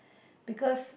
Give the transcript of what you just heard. because